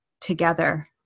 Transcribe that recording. together